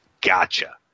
Gotcha